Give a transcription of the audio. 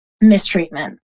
mistreatment